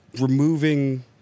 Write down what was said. removing